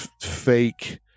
fake